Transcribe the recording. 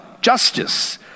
justice